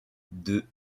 deux